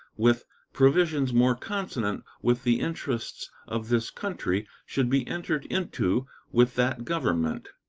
with provisions more consonant with the interests of this country, should be entered into with that government,